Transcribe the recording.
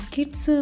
Kids